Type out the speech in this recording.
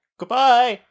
goodbye